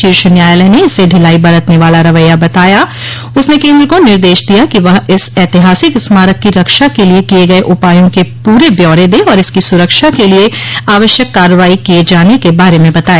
शीर्ष न्यायालय ने इसे ढिलाई बरतने वाला रवैया बताया उसने केन्द्र को निर्देश दिया कि वह इस ऐतिहासिक स्मारक की रक्षा के लिए किए गए उपायों के पूरे ब्यौरे दे और इसकी सुरक्षा के लिए आवश्यक कार्रवाई किए जाने के बारे में बताए